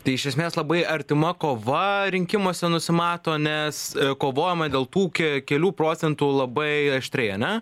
tai iš esmės labai artima kova rinkimuose nusimato nes kovojama dėl tų ke kelių procentų labai aštriai ane